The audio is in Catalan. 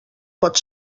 pot